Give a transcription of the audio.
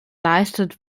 leistet